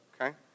okay